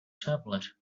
tablet